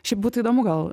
šiaip būtų įdomu gal